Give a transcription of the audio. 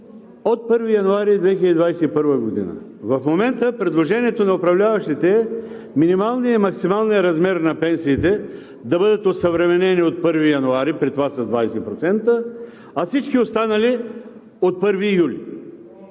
от 1 януари 2021 г. В момента предложението на управляващите е минималният и максималният размер на пенсиите да бъдат осъвременени от 1 януари, при това с 20%, а всички останали – от 1 юли.